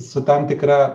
su tam tikra